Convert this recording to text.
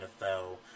NFL